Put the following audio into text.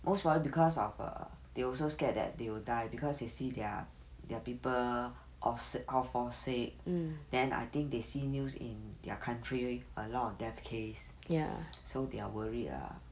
most probably because of err they also scared that they will die because you see their their people all sic~ all fall sick then I think they see news in their country a lot of death case so they're worried ah